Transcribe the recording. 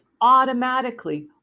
automatically